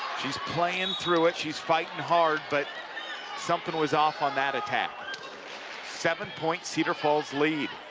she's playing through it. she's fighting hard but something was off on that attack seven-point cedar falls lead.